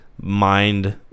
mind